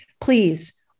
please